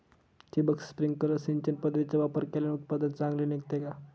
ठिबक, स्प्रिंकल सिंचन पद्धतीचा वापर केल्याने उत्पादन चांगले निघते का?